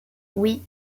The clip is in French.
oui